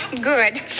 Good